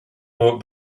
book